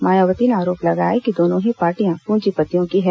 मायावती ने आरोप लगाया कि दोनों ही पार्टियां पूंजीपतियों की हैं